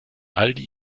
aldi